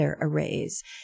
arrays